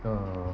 uh